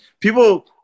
People